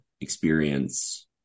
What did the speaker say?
experience